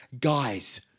Guys